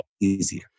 easier